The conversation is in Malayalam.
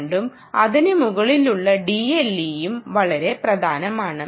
2ഉം അതിനു മുകളിലുള്ള DLEയും വളരെ പ്രധാനമാണ്